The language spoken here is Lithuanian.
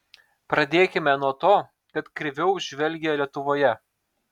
pradėkime nuo to kad kreiviau žvelgia lietuvoje